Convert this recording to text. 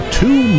two